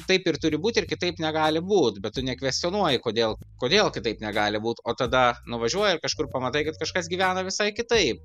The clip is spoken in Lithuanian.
taip ir turi būt ir kitaip negali būt bet tu nekvestionuoji kodėl kodėl kitaip negali būt o tada nuvažiuoji ir kažkur pamatai kad kažkas gyvena visai kitaip